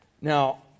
Now